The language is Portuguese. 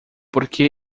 porque